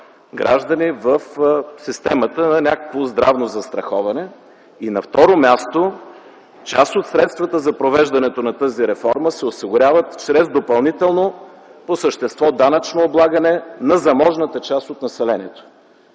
граждани в системата на някакво здравно застраховане. На второ място, част от средствата за провеждането на тази реформа се осигуряват чрез допълнително по същество данъчно облагане на заможната част от населението,